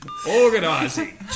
Organising